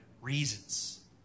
reasons